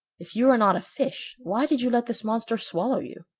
if you are not a fish, why did you let this monster swallow you?